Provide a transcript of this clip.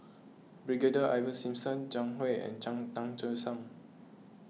Brigadier Ivan Simson Zhang Hui and Tan Che Sang